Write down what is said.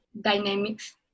Dynamics